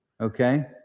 okay